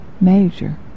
major